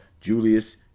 Julius